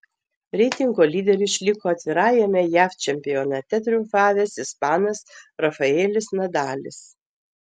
reitingo lyderiu išliko atvirajame jav čempionate triumfavęs ispanas rafaelis nadalis